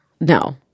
No